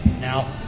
Now